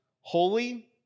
holy